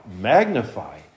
magnify